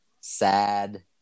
sad